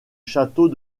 château